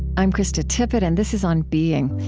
i'm krista tippett, and this is on being.